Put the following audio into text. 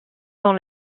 dans